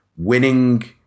Winning